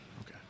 Okay